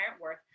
worth